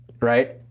right